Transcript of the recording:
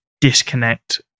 disconnect